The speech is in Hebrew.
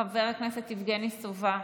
חבר הכנסת יבגני סובה,